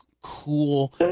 cool